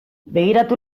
begiratu